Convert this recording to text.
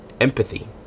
Empathy